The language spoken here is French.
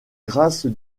grâce